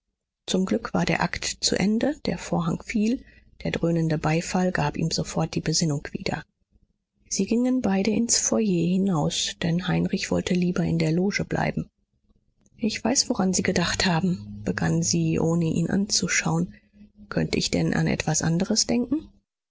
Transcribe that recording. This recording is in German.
zum glück war der akt zu ende der vorhang fiel der dröhnende beifall gab ihm sofort die besinnung wieder sie gingen beide ins foyer hinaus denn heinrich wollte lieber in der loge bleiben ich weiß woran sie gedacht haben begann sie ohne ihn anzuschauen könnte ich denn an etwas anderes denken